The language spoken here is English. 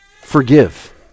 forgive